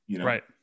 Right